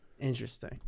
Interesting